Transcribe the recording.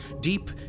Deep